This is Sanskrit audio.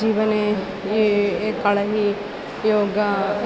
जीवने ये ये कला योग